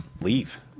leave